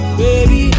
baby